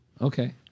Okay